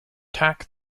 tack